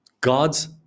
God's